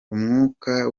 umwuka